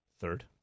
Third